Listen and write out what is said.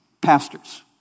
pastors